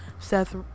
Seth